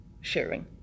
sharing